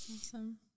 awesome